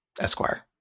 Esquire